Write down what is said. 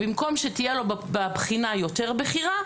במקום שתהיה לו בבחינה יותר בחירה,